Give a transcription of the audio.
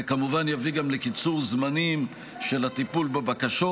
וכמובן, יביא גם לקיצור זמנים של הטיפול בבקשות.